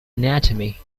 anatomy